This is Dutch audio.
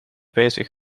bezig